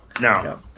No